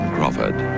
Crawford